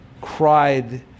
cried